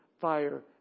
fire